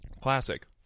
Classic